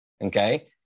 Okay